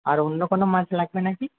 আর অন্য কোনও মাছ লাগবে নাকি